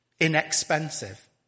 inexpensive